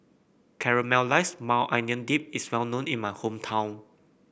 Caramelized Maui Onion Dip is well known in my hometown